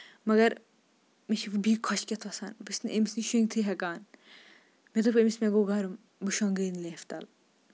مَگر مےٚ چھِ بیٚیہِ کھۄشکیتھ وَسان بہٕ چھَس نہٕ أمِس نِش شٔنگتھٕے ہٮ۪کان مےٚ دوٚپ أمِس مےٚ گوٚو گرُم بہٕ شۄنگے نہٕ لیفہ تل